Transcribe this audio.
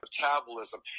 metabolism